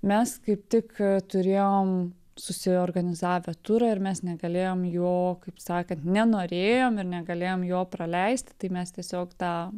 mes kaip tik turėjom susiorganizavę turą ir mes negalėjom jo kaip sakant nenorėjom ir negalėjom jo praleisti tai mes tiesiog tą